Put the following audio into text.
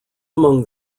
among